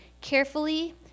carefully